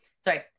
sorry